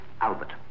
Albert